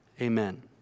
Amen